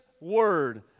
word